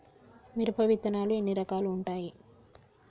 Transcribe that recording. మిరప విత్తనాలు ఎన్ని రకాలు ఉంటాయి?